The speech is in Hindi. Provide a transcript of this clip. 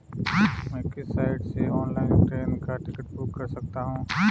मैं किस साइट से ऑनलाइन ट्रेन का टिकट बुक कर सकता हूँ?